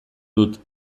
dut